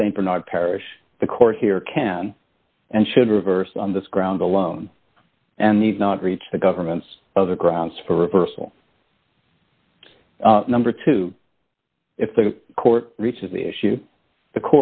in st bernard parish the court here can and should reverse on this grounds alone and need not reach the government's other grounds for reversal number two if the court reaches the issue the